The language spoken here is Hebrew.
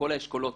בכל האשכולות,